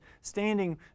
standing